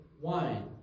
wine